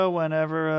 Whenever